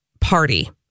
party